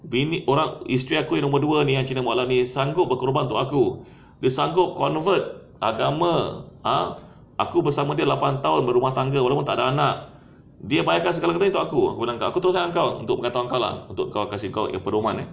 bini orang isteri aku yang cina ni sanggup berubah untuk aku dia sanggup convert agama !huh! aku bersama dia lapan tahun berumahtangga tak ada anak dia bayar segala-gala untuk aku aku terus cakap dengan kau untuk pengetahuan kau lah kasih kau